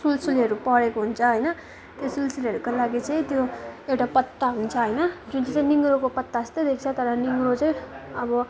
सुल्सुलेहरू परेको हुन्छ होइन त्यो सुल्सुलेको लागि चाहिँ त्यो एउटा पत्ता हुन्छ होइन जुन चाहिँ चाहिँ निगुरोको पत्ता जस्तै देख्छ तर निगुरो चाहिँ अब